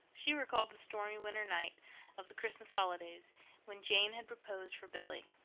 she recalled the stormy winter night of the christmas holidays when jane had proposed for billy.